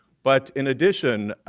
but in addition,